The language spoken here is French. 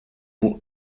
pour